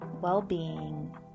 well-being